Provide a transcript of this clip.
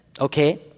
Okay